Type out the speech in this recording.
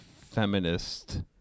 feminist